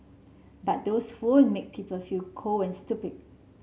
but those phone make people feel cold and stupid